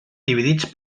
dividits